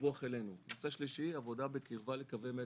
דיווח אלינו, נושא שלישי, עבודה בקרבה לקווי מתח,